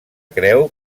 creu